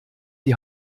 die